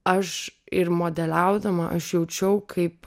aš ir modeliaudama aš jaučiau kaip